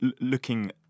looking